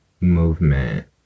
movement